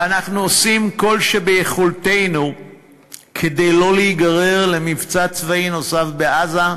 ואנחנו עושים כל שביכולתנו כדי לא להיגרר למבצע צבאי נוסף בעזה,